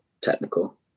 technical